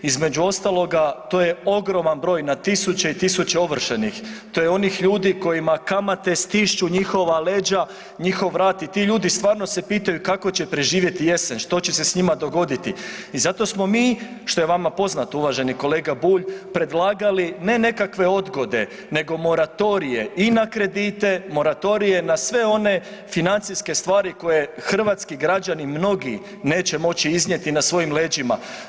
Između ostaloga to je ogroman broj na tisuće i tisuće ovršenih, to je onih ljudi kojima kamate stišću njihova leđa, njihov rad i ti ljudi stvarno se pitaju kako će preživjeti jesen, što će se s njima dogoditi i zato smo mi što je vama poznato uvaženi kolega Bulj predlagali ne nekakve odgode, nego moratorije i na kredite, moratorije na sve one financijske stvari koje hrvatski građani mnogi neće moći iznijeti na svojim leđima.